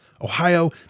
Ohio